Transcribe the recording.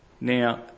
Now